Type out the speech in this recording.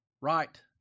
right